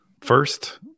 first